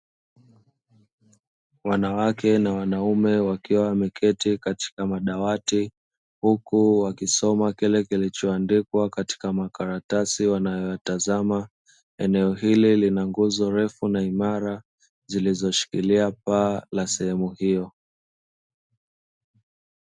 Wanawake na wanaume wakiwa miketi katika madawati huku wakisoma kile kilichoandikwa katika makaratasi wanayoyatazama Eneo hili lina nguzo refu na imara zilizoshikilia paa la sehemu hiyo.